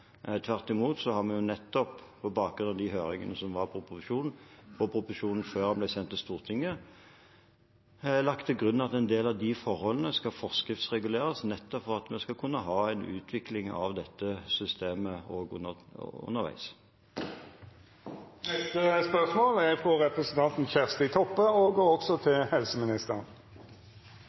Tvert imot har vi på bakgrunn av de høringene, i proposisjonen – før den ble sendt til Stortinget – lagt til grunn at en del av de forholdene skal forskriftsreguleres, nettopp for at vi skal kunne ha en utvikling av dette systemet også underveis. «Mange barn i barnevernet trenger hjelp og behandling av barne- og